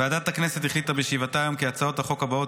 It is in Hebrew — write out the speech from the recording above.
ועדת הכנסת החליטה בישיבתה היום כי הצעות החוק הבאות